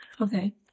Okay